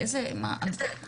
באיזה תנאים?